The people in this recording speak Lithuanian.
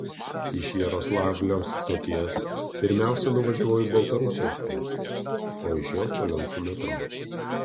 iš jaroslavlio stoties pirmiausia nuvažiavau į baltarusijos stotį o iš jos toliau su metro